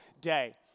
day